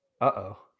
uh-oh